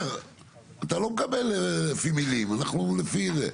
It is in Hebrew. דקה גרובר אתה לא מקבל לפי מילים אנחנו לפי זה,